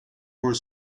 were